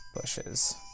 bushes